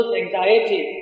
anxiety